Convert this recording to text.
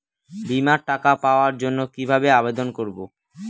বিমার টাকা পাওয়ার জন্য কিভাবে আবেদন করব?